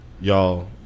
Y'all